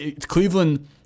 Cleveland